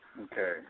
Okay